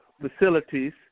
facilities